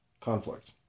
conflict